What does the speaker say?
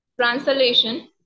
Translation